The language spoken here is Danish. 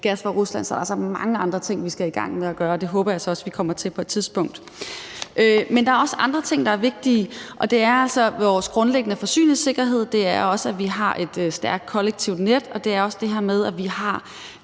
gas fra Rusland, er der altså mange andre ting, vi skal i gang med at gøre, og det håber jeg så også vi kommer til på et tidspunkt. Men der er også andre ting, der er vigtige. Det er vores grundlæggende forsyningssikkerhed. Det er også, at vi har et stærkt kollektivt net, og det er også det her med, at vi har